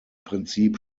prinzip